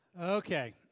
Okay